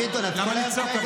ואתה לא מדייק,